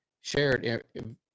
shared